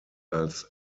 als